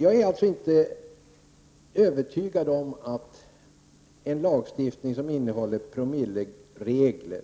Jag är alltså inte övertygad om att en lagstiftning som innehåller promilleregler